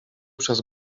przez